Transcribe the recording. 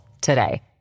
today